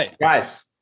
guys